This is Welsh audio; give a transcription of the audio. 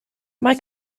mae